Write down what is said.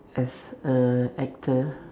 as a actor